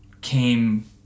came